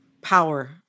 power